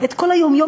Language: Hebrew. את כל היום-יום,